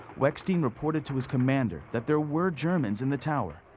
weckstein reported to his commander that there were germans in the tower.